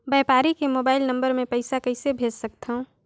व्यापारी के mobile number मे पईसा कइसे भेज सकथव?